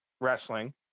wrestling